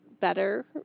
better